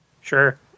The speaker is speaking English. Sure